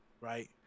Right